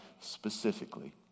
specifically